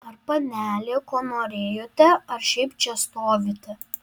ar panelė ko norėjote ar šiaip čia stovite